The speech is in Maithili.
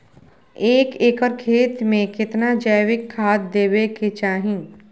एक एकर खेत मे केतना जैविक खाद देबै के चाही?